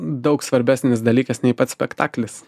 daug svarbesnis dalykas nei pats spektaklis